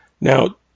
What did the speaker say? now